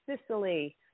Sicily